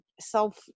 self